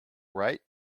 right